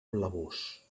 blavós